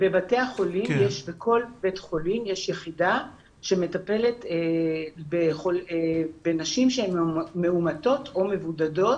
בכל בית חולים יש יחידה שמטפלת בנשים שהן מאומתות או מבודדות.